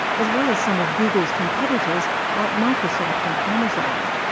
as well as some of google's competitors like microsoft and amazon.